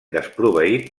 desproveït